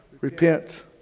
repent